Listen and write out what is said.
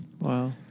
wow